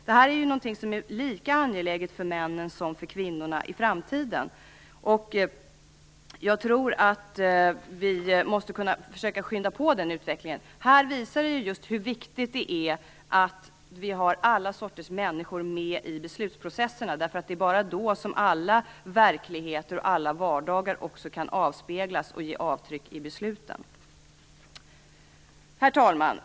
Det här är ju någonting som är lika angeläget för männen som för kvinnorna i framtiden. Jag tror att vi måste försöka skynda på den utvecklingen. Detta visar ju hur viktigt det är att vi har alla sorters människor med i beslutsprocesserna. Det är bara då som alla verkligheter och alla vardagar också avspeglas och ger avtryck i besluten. Herr talman!